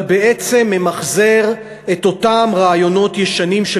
אבל בעצם ממחזר את אותם רעיונות ישנים של